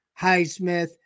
Highsmith